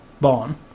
Bond